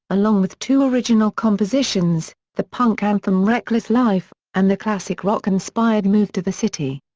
along with two original compositions the punk anthem reckless life and the classic rock-inspired move to the city.